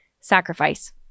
sacrifice